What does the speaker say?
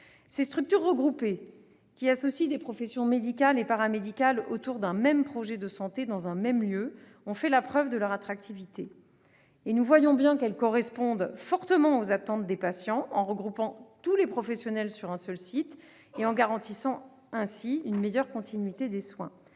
Ces structures regroupées, qui associent des professions médicales et paramédicales autour d'un même projet de santé, dans un même lieu, ont fait la preuve de leur attractivité. Nous voyons bien qu'elles correspondent fortement aux attentes des patients, en regroupant tous les professionnels sur un seul site et en garantissant ainsi une meilleure continuité des soins.